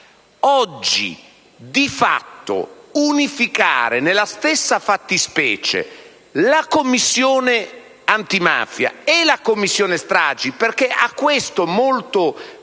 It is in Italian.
Oggi, di fatto, unificare nello stesso organismo la Commissione antimafia e la Commissione stragi (perché a questo molto